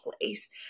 place